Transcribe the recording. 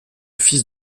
fils